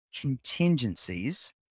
contingencies